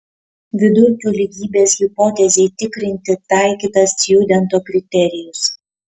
vidurkių lygybės hipotezei tikrinti taikytas stjudento kriterijus